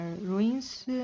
ruins